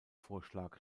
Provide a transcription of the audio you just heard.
vorschlag